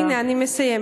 הנה אני מסיימת.